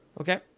Okay